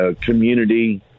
community